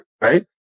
right